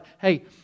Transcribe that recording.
hey